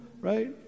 right